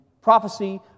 prophecy